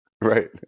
Right